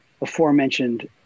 aforementioned